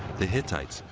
the hittites,